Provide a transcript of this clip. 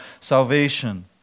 salvation